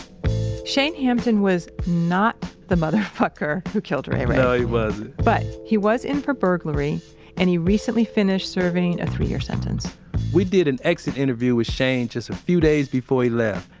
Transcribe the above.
chayne hampton was not the motherfucker who killed ray ray. no, he wasn't but, he was in for burglary and he recently finished serving a three-year sentence we did an exit interview with chayne just a few days before he left,